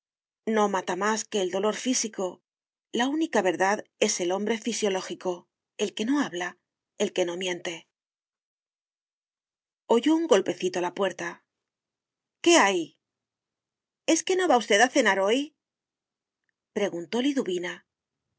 no mata más que el dolor físico la única verdad es el hombre fisiológico el que no habla el que no miente oyó un golpecito a la puerta qué hay es que no va usted a cenar hoy preguntó liduvina